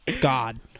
God